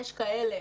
יש כאלה